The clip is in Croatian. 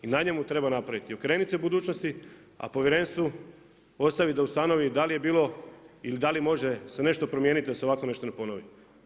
I na njemu treba napraviti i okrenut se budućnosti, a povjerenstvu ostavit da ustanovi da li je bilo ili da li može se nešto promijeniti da se ovako nešto ne ponovi.